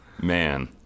man